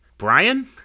Brian